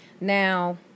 Now